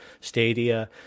Stadia